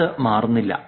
അത് മാറുന്നില്ല